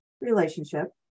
relationship